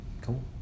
Cool